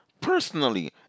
personally